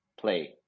play